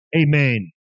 Amen